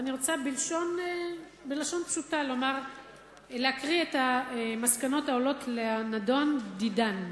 אני רוצה בלשון פשוטה להקריא את המסקנות העולות בנדון דידן: